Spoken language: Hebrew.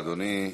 תודה, אדוני.